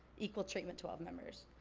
equal treatment to all the members.